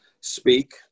speak